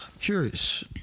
curious